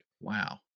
Wow